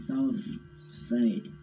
Southside